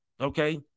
Okay